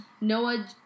Noah